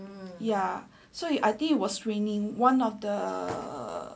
ya so it was raining one of the